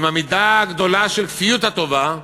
עם המידה הגדולה של כפיות הטובה,